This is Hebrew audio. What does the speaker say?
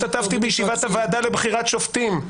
בישיבת הוועדה לבחירות שופטים,